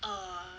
um